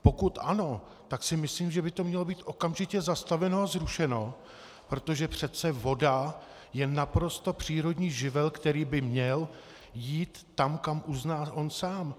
Pokud ano, tak si myslím, že by to mělo být okamžitě zastaveno a zrušeno, protože přece voda je naprosto přírodní živel, který by měl jít tam, kam uzná on sám.